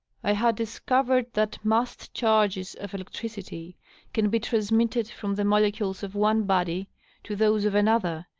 i had discovered that massed charges of dectridty can be transmitted from the molecules of one body to those of another,